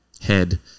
head